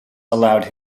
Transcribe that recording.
allowed